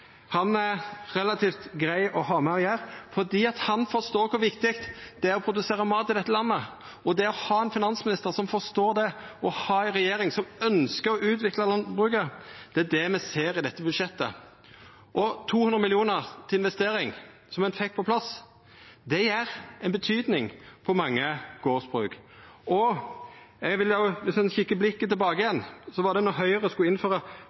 han er relativt grei å ha med å gjera, for han forstår kor viktig det er å produsera mat i dette landet. Det å ha ein finansminister som forstår det, og ha ei regjering som ønskjer å utvikla landbruket, er det me ser i dette budsjettet. Dei 200 mill. kr til investering som me fekk på plass, har betyding for mange gardsbruk. Eg vil òg nemna, om ein kikkar tilbake, at der Høgre skulle innføra kostnadseffektiv matproduksjon som det